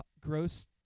gross